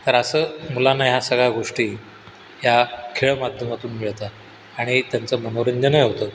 तर असं मुलांना ह्या सगळ्या गोष्टी ह्या खेळ माध्यमातून मिळतात आणि त्यांचं मनोरंजनही होतं